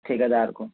ठेकेदार को